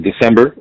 December